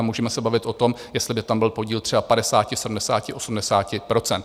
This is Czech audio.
Můžeme se bavit o tom, jestli by tam byl podíl třeba 50, 70, 80 %.